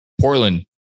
Portland